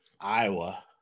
Iowa